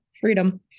Freedom